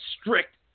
strict